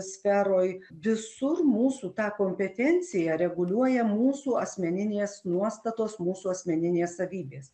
sferoj visur mūsų tą kompetenciją reguliuoja mūsų asmeninės nuostatos mūsų asmeninės savybės